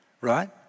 right